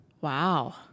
Wow